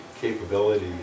capability